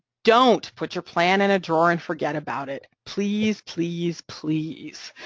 don't put your plan in a drawer and forget about it please, please please,